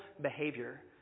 behavior